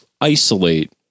isolate